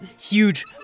huge